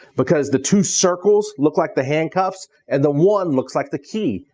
because the two circles look like the handcuffs, and the one looks like the key.